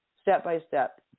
step-by-step